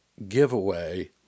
Giveaway